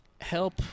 help